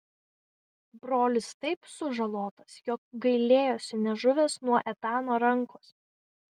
brolis taip sužalotas jog gailėjosi nežuvęs nuo etano rankos